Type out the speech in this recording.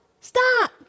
stop